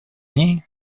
ней